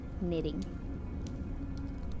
knitting